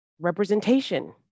representation